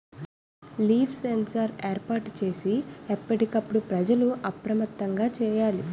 leaf sensor ఏర్పాటు చేసి ఎప్పటికప్పుడు ప్రజలు అప్రమత్తంగా సేయాలి